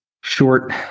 short